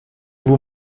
vous